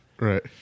Right